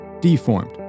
deformed